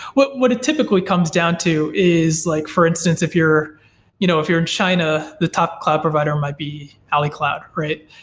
what it typically comes down to is like for instance if you're you know if you're in china, the top cloud provider might be ali cloud, right?